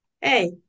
hey